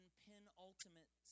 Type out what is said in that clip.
penultimate